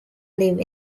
live